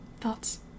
Thoughts